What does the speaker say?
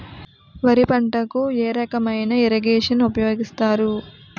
వరి పంటకు ఏ రకమైన ఇరగేషన్ ఉపయోగిస్తారు?